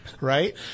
right